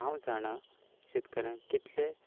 हांव जाणां शेतकाऱ्यांक कितले